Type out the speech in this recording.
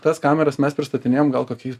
tas kameras mes pristatinėjom gal kokiais